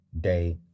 day